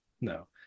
no